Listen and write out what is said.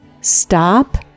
stop